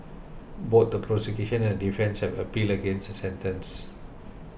both the prosecution and the defence have appealed against the sentence